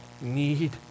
need